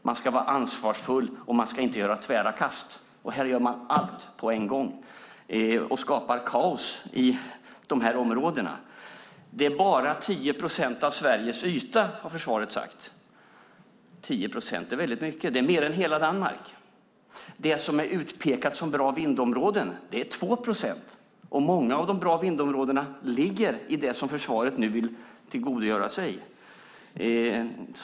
Man ska vara ansvarsfull och inte göra tvära kast, och här gör man allt på en gång och skapar kaos i de här områdena. Det är bara 10 procent av Sveriges yta, har försvaret sagt. 10 procent är väldigt mycket. Det är mer än hela Danmark. Det som är utpekat som bra vindområden är 2 procent, och många av de bra vindområdena ligger i det som försvaret nu vill tillgodogöra sig.